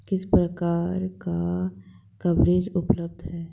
किस प्रकार का कवरेज उपलब्ध है?